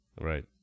Right